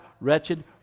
wretched